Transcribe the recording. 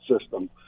system